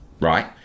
right